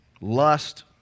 lust